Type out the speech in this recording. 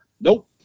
Nope